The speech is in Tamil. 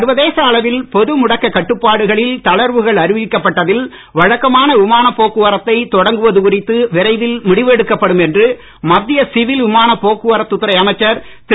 சர்வதேச அளவில் பொது முடக்க கட்டுப்பாடுகளில் தளர்வுகள் அறிவிக்கப்பட்டதில் வழக்கமான விமான போக்குவரத்தை தொடங்குவது குறித்து விரைவில் முடிவெடுக்கப்படும் என்று மத்திய சிவில் விமான போக்குவரத்து துறை அமைச்சர் திரு